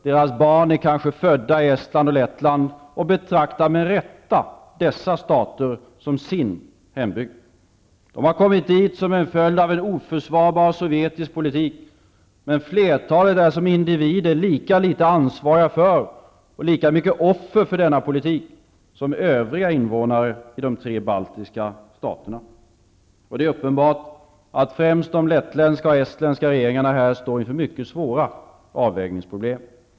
Deras barn är kanske födda i Estland och Lettland och betraktar med rätta dessa stater som sin hembygd. De har kommit dit som en följd av en oförsvarbar sovjetisk politik, men flertalet är som individer lika litet ansvariga för och lika mycket offer för denna politik som övriga invånare i de tre baltiska staterna. Det är uppenbart att främst de lettländska och estländska regeringarna här står inför mycket svåra avvägningsproblem.